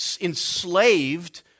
enslaved